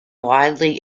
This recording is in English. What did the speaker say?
widely